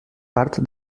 part